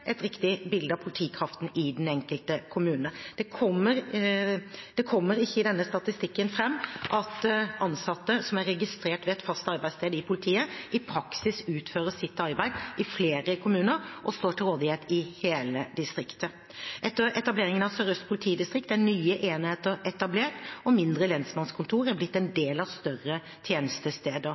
et riktig bilde av politikraften i den enkelte kommune. Det kommer ikke fram i denne statistikken at ansatte som er registrert ved et fast arbeidssted i politiet, i praksis utfører sitt arbeid i flere kommuner og står til rådighet i hele distriktet. Etter etableringen av Sør-Øst politidistrikt er nye enheter etablert, og mindre lensmannskontor er blitt en del av større tjenestesteder.